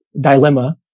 Dilemma